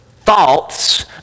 thoughts